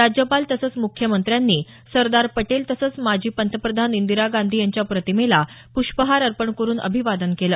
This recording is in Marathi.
राज्यपाल तसंच मुख्यमंत्र्यांनी सरदार पटेल तसंच माजी पंतप्रधान इंदिरा गांधी यांच्या प्रतिमेला प्ष्पहार अर्पण करून अभिवादन केलं